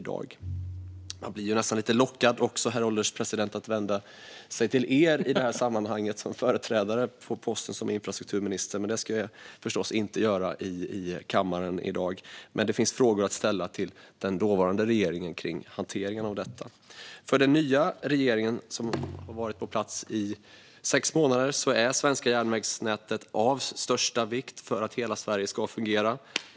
Jag blir nästan lite lockad att vända mig till herr ålderspresidenten i detta sammanhang i egenskap av min företrädare på posten som infrastrukturminister, men det ska jag förstås inte göra här i dag. Men det finns frågor att ställa till den dåvarande regeringen om hanteringen av detta. För nuvarande regering, som har varit på plats i sex månader, är det svenska järnvägsnätet av största vikt för att hela Sverige ska fungera.